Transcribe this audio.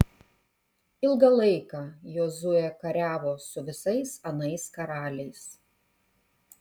ilgą laiką jozuė kariavo su visais anais karaliais